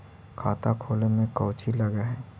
खाता खोले में कौचि लग है?